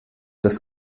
das